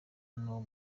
n’uwo